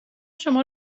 شما